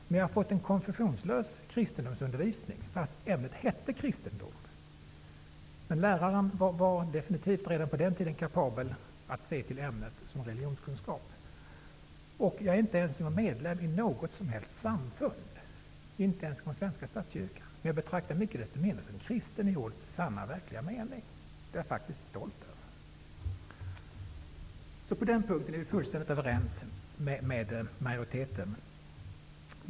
Men jag har fått en konfessionslös kristendomsundervisning, fastän ämnet hette kristendom. Läraren var redan på den tiden definitivt kapabel att se ämnet som religionskunskap. Jag är inte medlem i något som helst samfund, inte ens i svenska statskyrkan, men jag betraktar mig icke desto mindre som kristen i ordets verkliga mening. Det är jag faktiskt stolt över. På den punkten är vi fullständigt överens med majoriteten.